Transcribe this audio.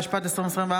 התשפ"ד 2024,